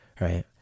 right